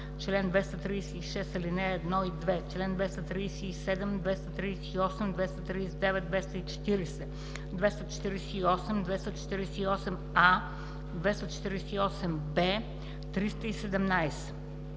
чл. 236, ал. 1 и 2, чл. 237, 238, 239, 240, 248, 248а, 248б, 317,